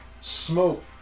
smoke